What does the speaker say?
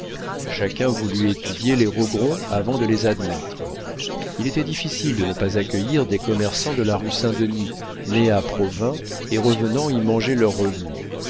chacun voulut étudier les rogron avant de les admettre il était difficile de ne pas accueillir des commerçants de la rue saint-denis nés à provins et revenant y manger leurs revenus